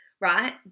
right